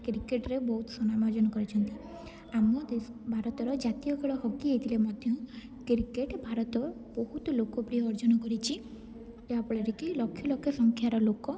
କ୍ରିକେଟ୍ରେ ବହୁତ ସୁନାମ ଅର୍ଜନ କରିଛନ୍ତି ଆମ ଦେଶ ଭାରତର ଜାତୀୟ ଖେଳ ହକି ହୋଇଥିଲେ ମଧ୍ୟ କ୍ରିକେଟ୍ ଭାରତ ବହୁତ ଲୋକ ପ୍ରିୟ ଅର୍ଜନ କରିଛି ଯାହା ଫଳରେ କି ଲକ୍ଷ ଲକ୍ଷ ସଂଖ୍ୟାର ଲୋକ